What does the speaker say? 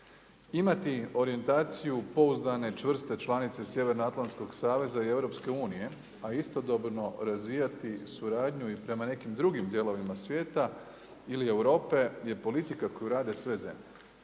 Imati orijentaciju pouzdane čvrste članice Sjevernoatlantskog saveza i EU, a istodobno razvijati suradnju i prema nekim drugim dijelovima svijeta ili Europe je politika koju rade sve zemlje.